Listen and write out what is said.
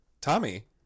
Tommy